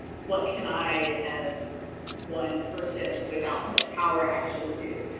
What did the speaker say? what can i as one person without much power actually do?